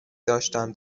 داشتم